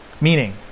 Meaning